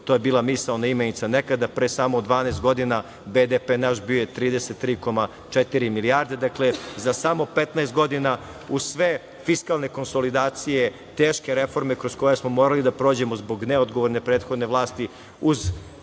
To je bila misaon imenica nekada. Pre samo 12 godina BDP naš bio je 33,4 milijarde. Dakle, za samo 15 godina, uz sve fiskalne konsolidacije, teške reforme kroz koje smo morali da prođemo zbog neodgovorne prethodne vlasti, uz